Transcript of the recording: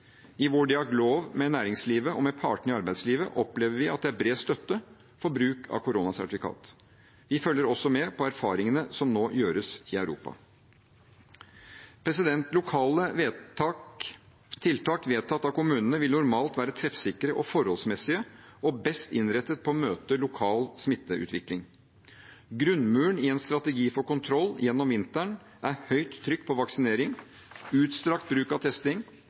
I vår dialog med næringslivet og med partene i arbeidslivet opplever vi at det er bred støtte for bruk av koronasertifikat. Vi følger også med på erfaringene som nå gjøres i Europa. Lokale tiltak vedtatt av kommunene vil normalt være treffsikre og forholdsmessige og best innrettet på å møte lokal smitteutvikling. Grunnmuren i en strategi for kontroll gjennom vinteren er høyt trykk på vaksinering, utstrakt bruk av testing,